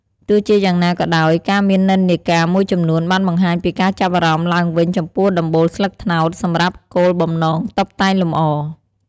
ទោះជាយ៉ាងណាក៏ដោយ ក៏មាននិន្នាការមួយចំនួនបានបង្ហាញពីការចាប់អារម្មណ៍ឡើងវិញចំពោះដំបូលស្លឹកត្នោតសម្រាប់គោលបំណងតុបតែងលម្អ។